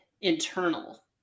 internal